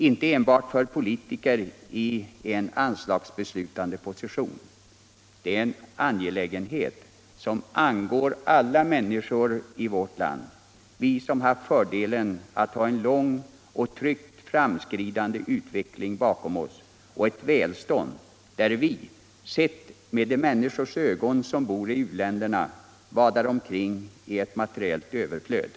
inte enbart för politiker i anslagsbeslutande position, det är något som angår alla människor i vårt land - vi som haft fördelen att ha en lång och trvggt framåtskridande utveckling bakom oss och ett välstånd där vi, sett med de människors ögon som bor i u-länderna, vadar omkring i ett materiellt överflöd.